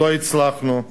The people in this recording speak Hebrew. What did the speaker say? לא הצלחנו,